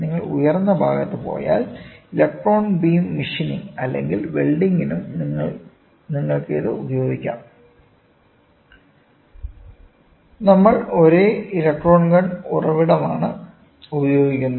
നിങ്ങൾ ഉയർന്ന ഭാഗത്ത് പോയാൽ ഇലക്ട്രോൺ ബീം മെഷീനിങ് അല്ലെങ്കിൽ വെൽഡിംഗിനും നിങ്ങൾക്ക് ഇത് ഉപയോഗിക്കാം നമ്മൾ ഒരേ ഇലക്ട്രോൺ ഗൺ ഉറവിടമാണ് ഉപയോഗിക്കുന്നത്